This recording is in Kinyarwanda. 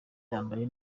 yambaye